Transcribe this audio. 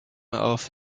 off